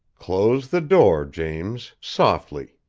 close the door, james softly!